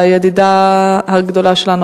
בידידה הגדולה שלנו,